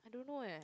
I don't know eh